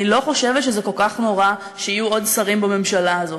אני לא חושבת שזה כל כך נורא שיהיו עוד שרים בממשלה הזאת.